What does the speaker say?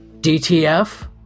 DTF